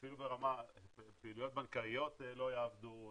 אפילו פעילויות בנקאיות לא יעבדו,